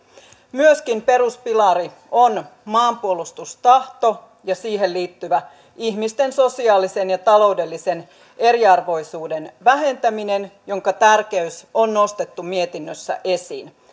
myöskin peruspilari on maanpuolustustahto ja siihen liittyvä ihmisten sosiaalisen ja taloudellisen eriarvoisuuden vähentäminen jonka tärkeys on nostettu mietinnössä esiin